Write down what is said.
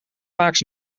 vaakst